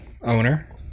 owner